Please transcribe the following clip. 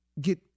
Get